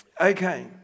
Okay